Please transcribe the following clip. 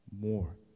more